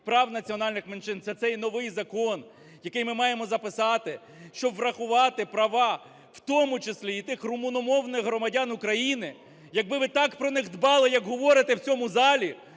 прав національних меншин". Це цей новий закон, який ми маємо записати, щоб врахувати права в тому числі і тих румуномовних громадян України. Якби ви так про них дбали, як говорите в цьому залі,